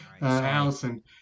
Allison